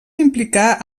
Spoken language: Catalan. implicar